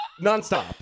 nonstop